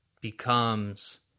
becomes